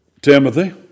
Timothy